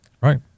Right